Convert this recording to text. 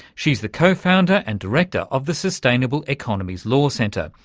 she's the co-founder and director of the sustainable economies law centre,